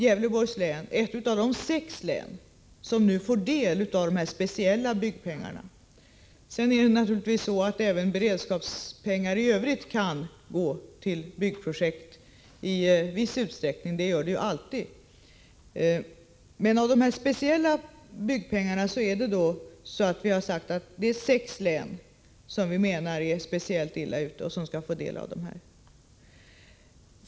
Gävleborgs län är ett av de sex län som nu får del av de här speciella pengarna till byggande. Även beredskapspengar i övrigt kan naturligtvis gå till byggprojekt i viss utsträckning — det gör det alltid. Av de speciella pengarna till byggsektorn har vi sagt att det är sex län som är särskilt illa ute, och de skall få del av pengarna.